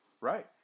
Right